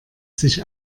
sich